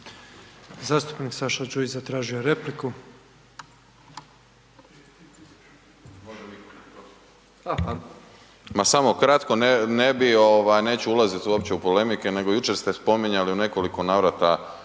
Zastupnik Đujić zatražio je repliku.